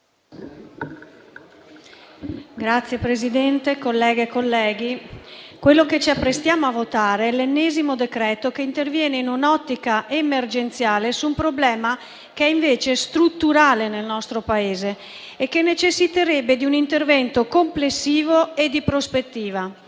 Signor Presidente, colleghe e colleghi, quello che ci apprestiamo a votare è l'ennesimo decreto che interviene in un'ottica emergenziale su un problema che invece è strutturale nel nostro Paese e che necessiterebbe di un intervento complessivo e di prospettiva.